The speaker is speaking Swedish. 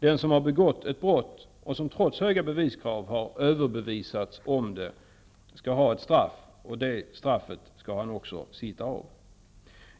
Den som har begått ett brott och trots höga beviskrav överbevisats om det skall ha ett straff, och det straffet skall han också sitta av.